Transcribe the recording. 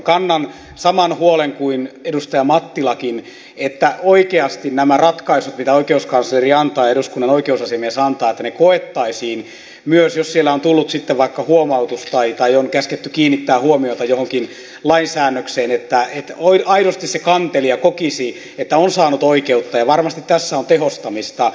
kannan saman huolen kuin edustaja mattilakin että oikeasti nämä ratkaisut joita oikeuskansleri antaa ja eduskunnan oikeusasiamies antaa koettaisiin myös niin jos siellä on tullut sitten vaikka huomautus tai on käsketty kiinnittää huomiota johonkin lain säännökseen että aidosti se kantelija kokisi että on saanut oikeutta ja varmasti tässä on tehostamista